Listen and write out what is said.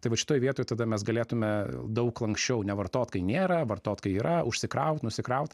tai vat šitoj vietoj tada mes galėtume daug lanksčiau nevartot kai nėra vartot kai yra užsikraut nusikraut